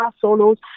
solos